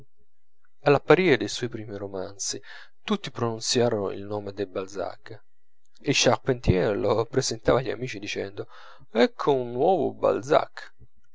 all'apparire dei suoi primi romanzi tutti pronunziarono il nome del balzac il charpentier lo presentava agli amici dicendo ecco un nuovo balzac